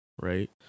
right